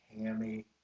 hammy